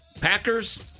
Packers